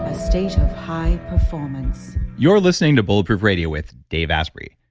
a state of high performance you're listening to bulletproof radio with dave asprey.